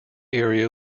area